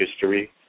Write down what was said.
history